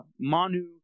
Manu